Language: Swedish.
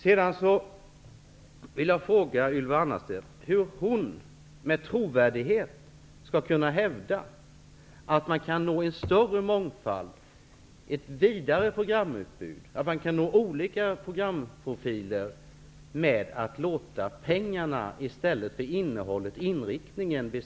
Jag vill fråga Ylva Annerstedt hur hon med trovärdighet skall kunna hävda att man kan nå en större mångfald, få ett vidare programutbud och nå olika programprofiler genom att låta pengarna bestämma i stället för innehållet och inriktningen.